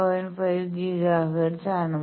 5 gigahertz ആണ്